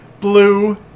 blue